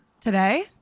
today